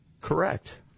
Correct